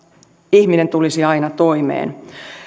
ihminen tulisi aina toimeen